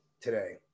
today